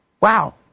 Wow